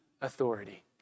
authority